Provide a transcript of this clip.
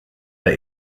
der